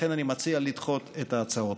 לכן אני מציע לדחות את ההצעות.